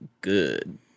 good